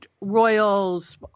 royals